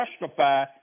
justify